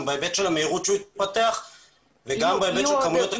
גם בהיבט של המהירות שהוא התפתח וגם בהיבט של כמויות הגשמים.